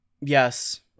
yes